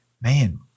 man